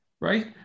right